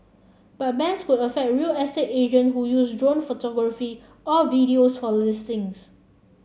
but bans could affect real estate agent who use drone photography or videos for listings